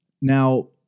now